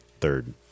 third